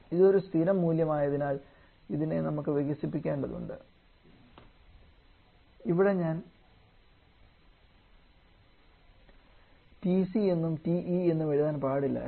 ഇതൊരു സ്ഥിരം മൂല്യം ആയതിനാൽ ഇതിനെ നമുക്ക് വികസിപ്പിക്കേണ്ടതുണ്ട് ഇവിടെ ഞാൻ TC എന്നും TE എന്നും എഴുതാൻ പാടില്ലായിരുന്നു